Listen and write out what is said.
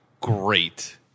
great